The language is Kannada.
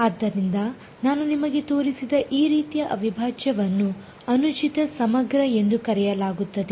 ಆದ್ದರಿಂದ ನಾನು ನಿಮಗೆ ತೋರಿಸಿದ ಈ ರೀತಿಯ ಅವಿಭಾಜ್ಯವನ್ನು ಅನುಚಿತ ಸಮಗ್ರ ಎಂದು ಕರೆಯಲಾಗುತ್ತದೆ